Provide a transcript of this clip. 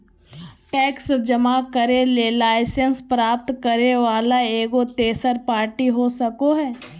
tax जमा करे ले लाइसेंस प्राप्त करे वला एगो तेसर पार्टी हो सको हइ